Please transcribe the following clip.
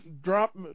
drop